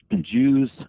Jews